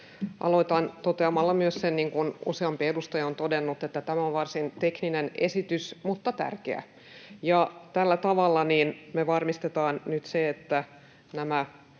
Aloitan toteamalla sen, mitä myös useampi edustaja on todennut, että tämä on varsin tekninen esitys mutta tärkeä. Tällä tavalla me varmistetaan nyt se, että